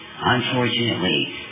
unfortunately